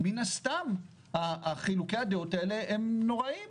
מן הסתם חילוקי הדעות האלה הם נוראיים.